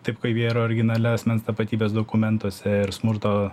taip kaip jie yra originale asmens tapatybės dokumentuose ir smurto